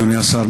אדוני השר,